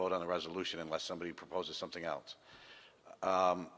vote on the resolution unless somebody proposes something else